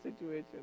situation